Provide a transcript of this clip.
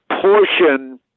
portion